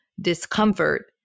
discomfort